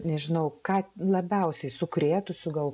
nežinau ką labiausiai sukrėtusiu gal